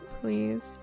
please